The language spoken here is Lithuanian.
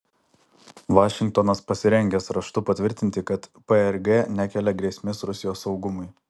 vašingtonas pasirengęs raštu patvirtinti kad prg nekelia grėsmės rusijos saugumui